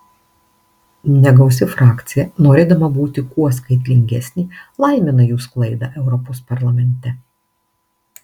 negausi frakcija norėdama būti kuo skaitlingesnė laimina jų sklaidą europos parlamente